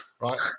right